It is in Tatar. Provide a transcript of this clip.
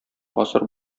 гасыр